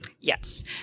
Yes